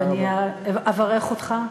ואני אברך אותך,